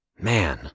Man